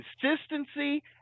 consistency